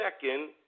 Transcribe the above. second